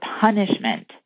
punishment